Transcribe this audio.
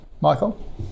Michael